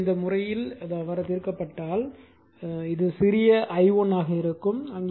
எனவே இந்த விஷயத்தில் தீர்க்கப்பட்டால் அது சிறிய i1 ஆக இருக்கும்